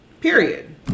period